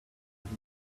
ever